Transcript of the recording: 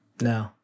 No